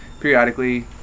periodically